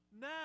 now